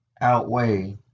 outweigh